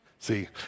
See